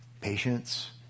patience